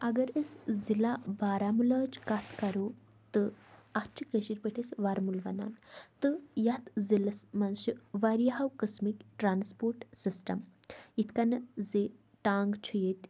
اگر أسۍ ضلعہ بارہمولہٕچ کَتھ کَرو تہٕ اَتھ چھِ کٔشیٖرِ پٲٹھۍ أسۍ وَرمُل وَنان تہٕ یَتھ ضِلَس منٛز چھِ وارِیاہو قٕسمٕکۍ ٹرٛانَسپوٹ سِسٹَم یِتھ کَنَتھ زِ ٹانٛگہٕ چھُ ییٚتہِ